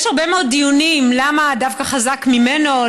יש הרבה מאוד דיונים למה דווקא חזק ממנו.